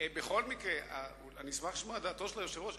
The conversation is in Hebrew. אשמח לשמוע את דעתו של היושב-ראש,